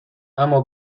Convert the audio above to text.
اما